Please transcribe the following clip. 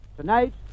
Tonight